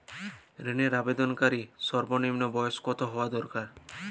ঋণের আবেদনকারী সর্বনিন্ম বয়স কতো হওয়া দরকার?